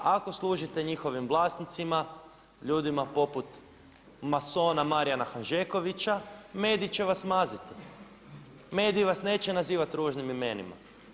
Ako služite njihovim vlasnicima, ljudima poput masona Marijana Hanžekovića mediji će vas maziti, mediji vas neće nazivati ružnim imenima.